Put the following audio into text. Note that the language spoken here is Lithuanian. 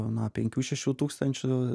na penkių šešių tūkstančių